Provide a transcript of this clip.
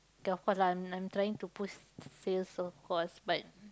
K of course lah I'm I'm trying to push sales of course but